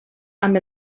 amb